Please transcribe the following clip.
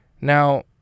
Now